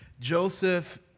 Joseph